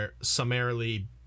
summarily